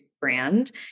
brand